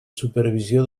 supervisió